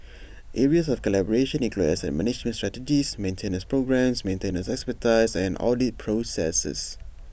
areas of collaboration include asset management strategies maintenance programmes maintenance expertise and audit processes